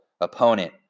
opponent